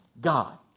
God